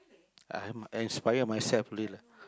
I have I inspire myself lah